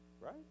Right